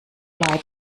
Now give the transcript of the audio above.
leid